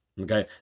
okay